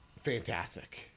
fantastic